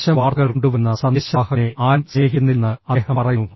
മോശം വാർത്തകൾ കൊണ്ടുവരുന്ന സന്ദേശവാഹകനെ ആരും സ്നേഹിക്കുന്നില്ലെന്ന് അദ്ദേഹം പറയുന്നു